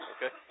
Okay